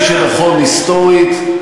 כפי שנכון היסטורית,